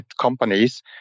companies